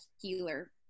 healer